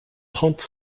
trente